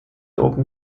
open